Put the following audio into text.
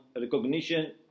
recognition